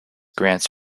grants